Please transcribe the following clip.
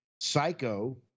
psycho